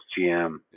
GM